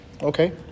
Okay